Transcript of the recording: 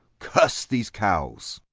curse these cows!